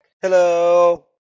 hello